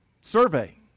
survey